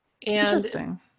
Interesting